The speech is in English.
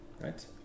Right